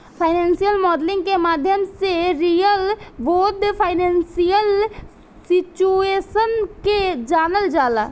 financial modelling के माध्यम से रियल वर्ल्ड फाइनेंशियल सिचुएशन के जानल जाला